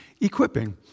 equipping